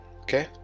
okay